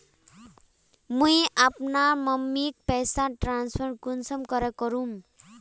मुई अपना मम्मीक पैसा ट्रांसफर कुंसम करे करूम?